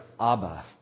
Abba